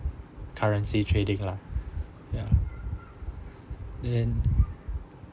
currency trading lah ya and